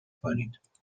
کنید